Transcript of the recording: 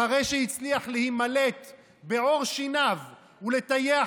אחרי שהצליח להימלט בעור שיניו ולטייח